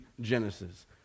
Genesis